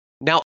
Now